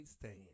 stand